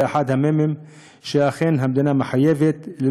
זה אחד המ"מים שהמדינה אכן מחויבת בו,